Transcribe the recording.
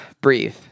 breathe